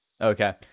okay